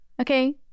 Okay